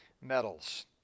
metals